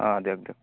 অ' দিয়ক দিয়ক